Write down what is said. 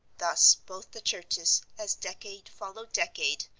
thus both the churches, as decade followed decade,